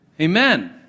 Amen